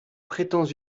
prétends